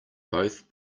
both